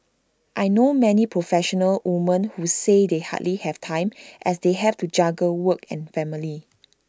I know many professional women who say they hardly have time as they have to juggle work and family